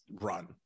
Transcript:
run